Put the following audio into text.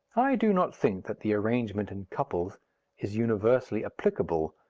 i do not think that the arrangement in couples is universally applicable,